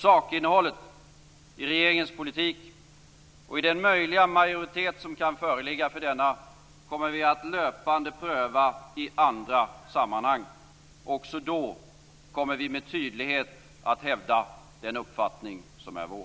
Sakinnehållet i regeringens politik och i den möjliga majoritet som kan föreligga för denna kommer vi att löpande pröva i andra sammanhang. Också då kommer vi med tydlighet att hävda den uppfattning som är vår.